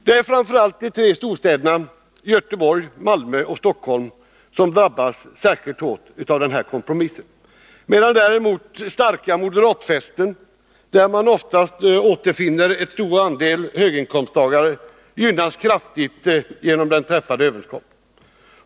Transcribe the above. Det är framför allt de tre storstäderna Göteborg, Malmö och Stockholm som drabbas särskilt hårt av den här kompromissen, medan däremot starka moderatfästen, där man oftast återfinner en stor andel höginkomsttagare, kraftigt gynnas genom den träffade överenskommelsen.